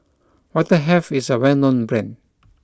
Vitahealth is a well known brand